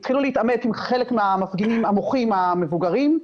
התחילו להתעמת עם חלק מהמפגינים המוחים המבוגרים.